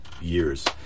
years